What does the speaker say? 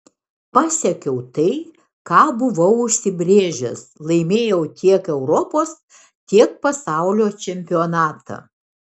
pasiekiau tai ką buvau užsibrėžęs laimėjau tiek europos tiek pasaulio čempionatą